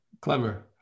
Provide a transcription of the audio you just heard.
clever